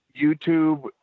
YouTube